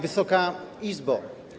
Wysoka Izbo!